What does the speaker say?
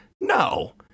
No